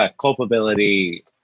culpability